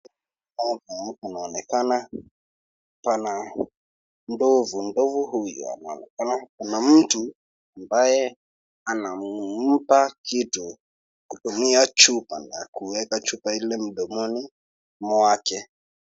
Hapa panaonekana pana ndovu, nduvu huyu anaonekana kuna mtu ambaye anampa kitu kutumia chupa na kuweka chupa hilo mdomoni mwake.